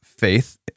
faith